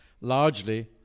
largely